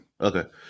Okay